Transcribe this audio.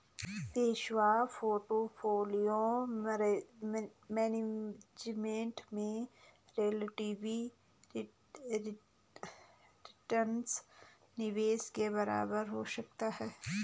passive portfolio management में relative return निवेश के बराबर हो सकता है